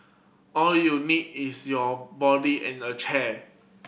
all you need is your body and a chair